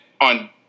on